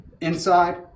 Inside